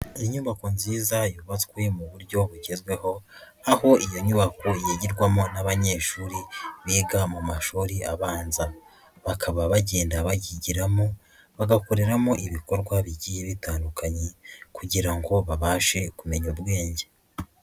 Inyubako nziza yubatswe mu buryo bugezweho, aho iyo nyubako yigirwamo n'abanyeshuri biga mu mashuri abanza, bakaba bagenda bayigiramo, bagakoreramo ibikorwa bigiye bitandukanye kugira ngo babashe kumenya ubwenge.